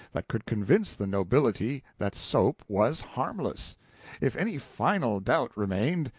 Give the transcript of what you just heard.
that could convince the nobility that soap was harmless if any final doubt remained,